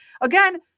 again